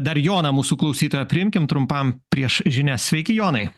dar joną mūsų klausytoją priimkim trumpam prieš žinias sveiki jonai